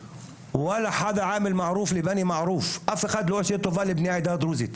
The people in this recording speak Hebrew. מהמשותפת, אף אחד לא עושה טובה לבני העדה הדרוזית.